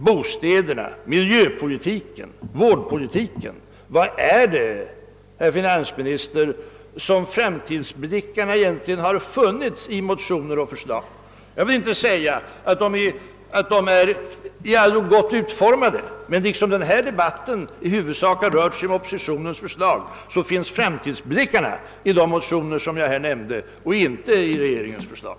Var har framtidsblickarna egentligen funnits i motioner och förslag när det gällt bostäderna, miljöpolitiken och vårdpolitiken? Jag vill inte säga att de i allo varit gott utformade i våra motioner, men liksom den här debatten i huvudsak rört sig om oppositionens förslag finns framtidsblickarna i de motioner jag nyss nämnde och inte i regeringens förslag.